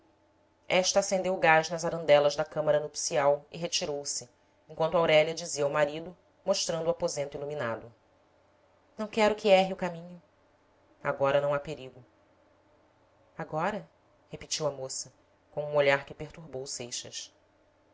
esta acendeu o gás nas arandelas da câmara nupcial e retirou-se enquanto aurélia dizia ao marido mostrando o aposento iluminado não quero que erre o caminho agora não há perigo agora repetiu a moça com um olhar que perturbou seixas